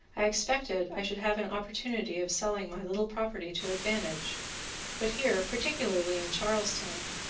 i expected i should have an opportunity of selling my little property to advantage but here, particularly in charles town,